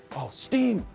oh, steam,